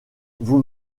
vous